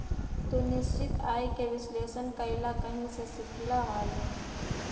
तू निश्चित आय के विश्लेषण कइला कहीं से सीखलऽ हल?